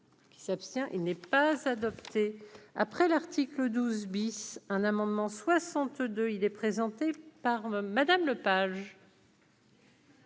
S'abstient, il n'est pas s'adapter après l'article 12 bis, un amendement 62, il est présenté par Madame Lepage.